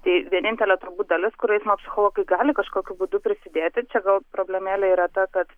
tai vienintelė turbūt dalis kur eismo psichologai gali kažkokiu būdu prisidėti čia gal problemėlė yra ta kad